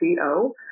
Co